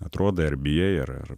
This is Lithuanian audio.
atrodai ar bijai ar ar